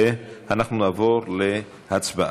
אנחנו נעבור להצבעה.